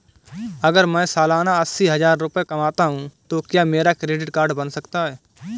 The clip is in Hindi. अगर मैं सालाना अस्सी हज़ार रुपये कमाता हूं तो क्या मेरा क्रेडिट कार्ड बन सकता है?